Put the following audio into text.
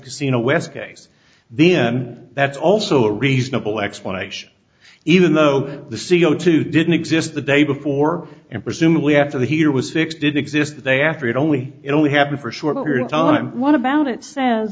casino west case then that's also a reasonable explanation even though the c o two didn't exist the day before and presumably after the heater was fixed did exist they after it only it only happened for a short period of time what about it